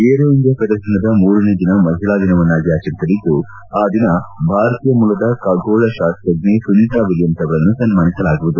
aero India ಪ್ರದರ್ಶನದ ಮೂರನೇ ದಿನ ಮಹಿಳಾ ದಿನವನ್ನಾಗಿ ಆಚರಿಸಲಿದ್ದು ಆ ದಿನ ಖಗೋಳಶಾಸ್ತಜ್ಞೆ ಸುನೀತಾ ವಿಲಿಯಮ್ಸ್ ಅವರನ್ನು ಸನ್ನಾನಿಸಲಾಗುವುದು